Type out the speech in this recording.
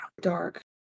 dark